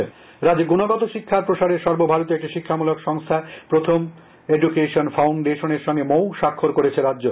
শিক্ষা মন্ত্রী রাজ্যে গুণগত শিক্ষার প্রসারে সর্বভারতীয় একটি শিক্ষামূলক সংস্থা প্রথম এডুকেশন ফাউন্ডেশনের সঙ্গে মৌ সাক্ষর করেছে রাজ্য